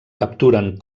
capturen